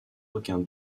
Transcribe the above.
aucun